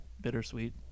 bittersweet